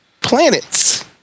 Planets